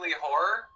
Horror